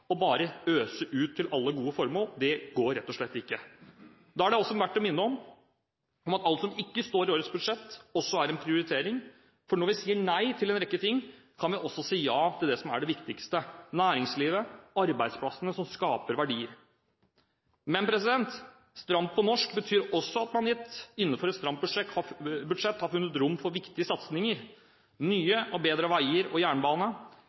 til bare å øse ut til alle gode formål. Det går rett og slett ikke. Det er verdt å minne om at alt som ikke står i årets budsjett, også er en prioritering. For når vi sier nei til en rekke ting, kan vi også si ja til det som er det viktigste – næringslivet, arbeidsplassene som skaper verdier. Men «stramt på norsk» betyr også at vi – innenfor et stramt budsjett – har funnet rom for viktige satsinger: Nye og bedre veier og jernbane,